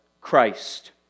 Christ